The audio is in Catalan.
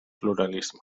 pluralisme